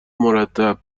مرتب